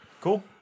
Cool